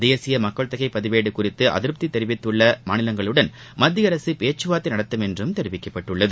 தேசிய மக்கள் தொகை பதிவேடு குறித்து அதிருப்தி தெரிவித்துள்ள மாநிலங்களுடன் மத்திய அரசு பேச்சுவார்த்தை நடத்தும் என்றும் தெரிவிக்கப்பட்டுள்ளது